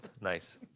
nice